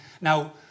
Now